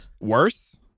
Worse